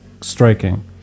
striking